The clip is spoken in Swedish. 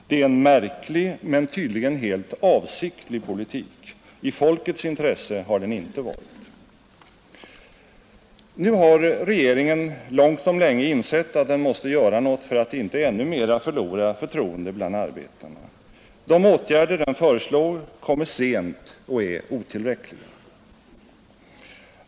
Det är en märklig, men tydligen helt avsiktlig politik. I folkets intresse har den inte varit. Nu har regeringen långt om länge insett att den måste göra något för att inte ännu mera förlora förtroende bland arbetarna. De åtgärder den föreslår kommer sent och är otillräckliga.